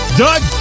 Doug